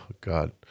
God